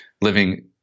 living